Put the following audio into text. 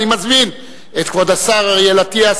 אני מזמין את כבוד השר אריאל אטיאס,